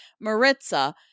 Maritza